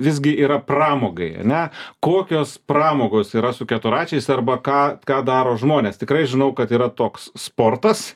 visgi yra pramogai ane kokios pramogos yra su keturračiais arba ką ką daro žmonės tikrai žinau kad yra toks sportas